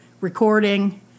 Recording